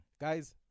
Guys